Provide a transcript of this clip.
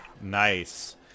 Nice